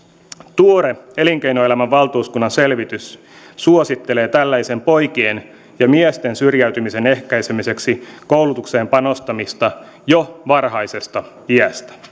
tuore elinkeinoelämän valtuuskunnan selvitys suosittelee tällaisen poikien ja miesten syrjäytymisen ehkäisemiseksi koulutukseen panostamista jo varhaisesta iästä